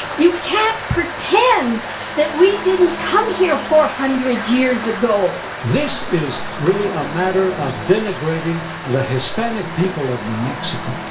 you can't pretend that we didn't come here four hundred years ago this is really a matter of denigrating the hispanic people of new mexico